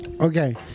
Okay